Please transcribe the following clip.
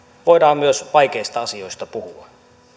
voidaan myös vaikeista asioista puhua